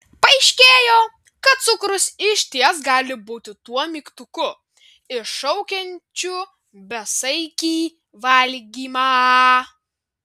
paaiškėjo kad cukrus išties gali būti tuo mygtuku iššaukiančiu besaikį valgymą